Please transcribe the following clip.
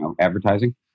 advertising